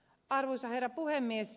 arvoisa herra puhemies